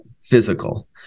physical